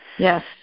Yes